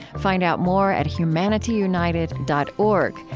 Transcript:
find out more at humanityunited dot org,